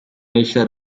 richard